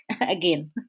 again